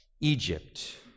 Egypt